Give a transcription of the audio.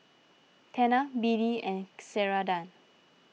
Tena B D and Ceradan